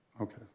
Okay